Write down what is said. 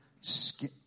skin